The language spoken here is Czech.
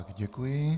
Děkuji.